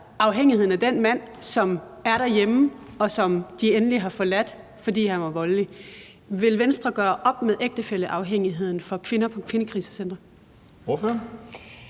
afhængigheden af den mand, som er derhjemme, og som de endelig har forladt, fordi han var voldelig. Vil Venstre gøre op med ægtefælleafhængigheden for kvinder på kvindekrisecentre?